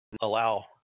allow